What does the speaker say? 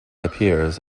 appears